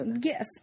yes